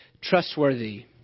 trustworthy